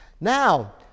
Now